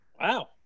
Wow